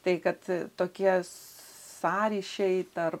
tai kad tokie sąryšiai tarp